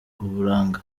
uburanga